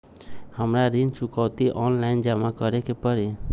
हमरा ऋण चुकौती ऑनलाइन जमा करे के परी?